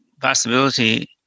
possibility